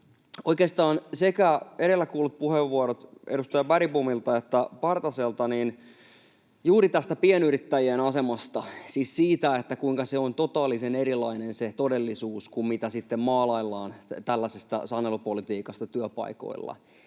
ottaen: Edellä kuultiin puheenvuorot edustaja Bergbomilta ja Partaselta juuri tästä pienyrittäjien asemasta, siis siitä, kuinka se todellisuus on totaalisen erilainen kuin mitä sitten maalaillaan tällaisesta sanelupolitiikasta työpaikoilla.